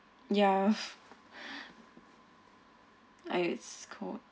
ya I it's cold